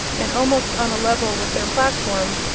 and almost on a level with their platform,